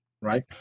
right